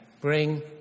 bring